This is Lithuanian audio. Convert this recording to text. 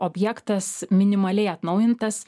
objektas minimaliai atnaujintas